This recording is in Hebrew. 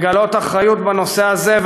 מוטלת אחריות בנושא הזה.